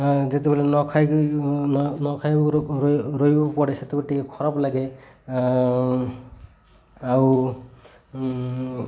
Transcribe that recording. ଯେତେବେଳେ ନଖାଇକି ନଖାଇବାକୁ ରହିବାକୁ ପଡ଼େ ସେତେବେଳେ ଟିକେ ଖରାପ ଲାଗେ ଆଉ ଆଉ